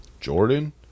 Jordan